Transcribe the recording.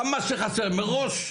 כמה שחסר מראש,